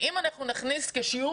אז אם אנחנו נכניס כדורגל בנות כשיעור